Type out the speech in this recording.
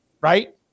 Right